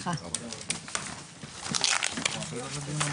הישיבה ננעלה בשעה 13:40.